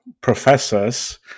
professors